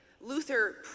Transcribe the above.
Luther